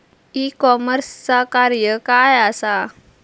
E कॉमर्सचा कार्य काय असा?